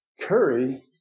curry